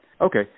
okay